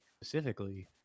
specifically